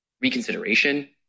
reconsideration